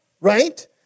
right